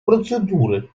процедуры